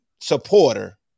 Supporter